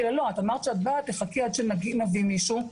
לה שהיא תחכה עד שנמצא מישהו כי היא התחייבה לבוא,